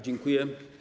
Dziękuję.